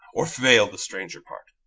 or veil the stranger part?